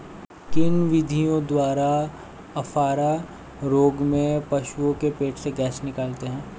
किन विधियों द्वारा अफारा रोग में पशुओं के पेट से गैस निकालते हैं?